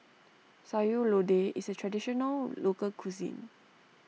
Sayur Lodeh is a Traditional Local Cuisine